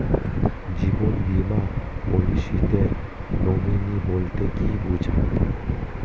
জীবন বীমা পলিসিতে নমিনি বলতে কি বুঝায়?